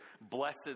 blessed